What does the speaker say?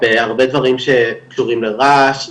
בהרבה דברים שקשורים לרעש,